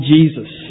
Jesus